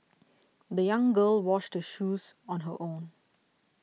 the young girl washed her shoes on her own